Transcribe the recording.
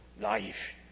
life